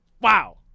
Wow